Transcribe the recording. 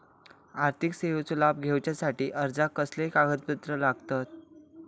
आर्थिक सेवेचो लाभ घेवच्यासाठी अर्जाक कसले कागदपत्र लागतत?